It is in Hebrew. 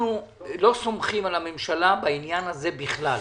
אנחנו לא סומכים על הממשלה בעניין הזה בכלל.